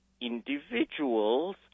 individuals